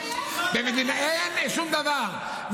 אין שום דבר.